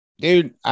dude